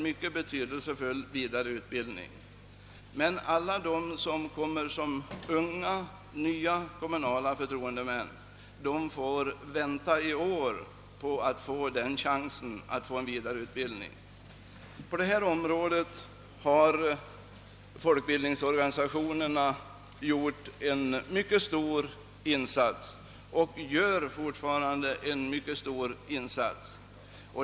Men alla nya och unga förtroendemän får vänta i åratal på chansen att få denna vidareutbildning. På detta område har även folkbildningsorganisationerna gjort och gör alltjämt mycket stora insatser.